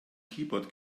keyboard